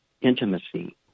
intimacy